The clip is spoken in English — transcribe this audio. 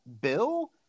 Bill